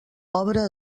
obra